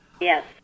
Yes